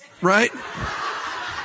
right